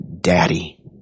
daddy